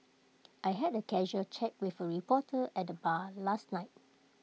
I had A casual chat with A reporter at the bar last night